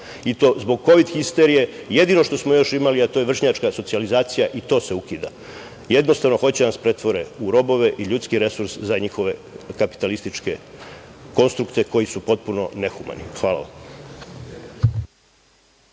i to zbog kovid histerije. Jedino što smo još imali, a to je vršnjačka socijalizacija, i to se ukida. Jednostavno, hoće da nas pretvore u robove i ljudski resurs za njihove kapitalističke konstrukte koji su potpuno ne humani. Hvala.